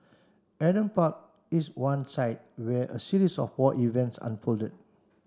Adam Park is one site where a series of war events unfolded